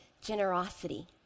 generosity